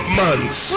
months